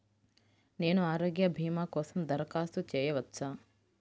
నేను ఆరోగ్య భీమా కోసం దరఖాస్తు చేయవచ్చా?